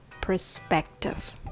perspective